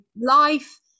life